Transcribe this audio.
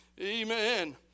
Amen